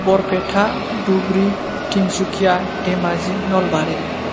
Barpeta Dhubri Tinsukia Dhemaji Nalbari